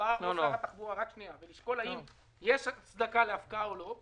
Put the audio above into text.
החברה ולשקול האם יש הצדקה להפקעה או לא,